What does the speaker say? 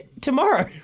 Tomorrow